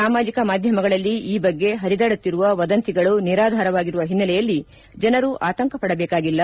ಸಾಮಾಜಿಕ ಮಾಧ್ಯಮಗಳಲ್ಲಿ ಈ ಬಗ್ಗೆ ಹರಿದಾಡುತ್ತಿರುವ ವದಂತಿಗಳು ನಿರಾಧಾರವಾಗಿರುವ ಹಿನ್ನೆಲೆಯಲ್ಲಿ ಜನರು ಆತಂಕಪಡಬೇಕಾಗಿಲ್ಲ